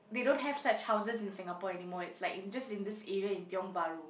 they don't have such houses in Singapore anymore it's like in just in this area in Tiong-Bahru